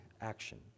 action